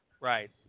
Right